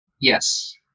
Yes